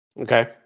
Okay